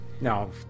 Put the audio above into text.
no